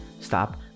Stop